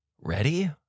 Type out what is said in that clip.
Ready